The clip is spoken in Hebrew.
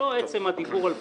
לא עצם הדיבור על בחירות,